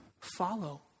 Follow